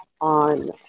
on